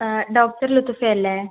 doctor റിതുഷയല്ലേ